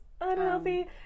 unhealthy